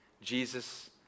Jesus